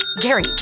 Gary